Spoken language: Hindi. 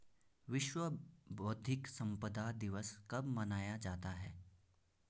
विश्व बौद्धिक संपदा दिवस कब मनाया जाता है?